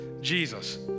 Jesus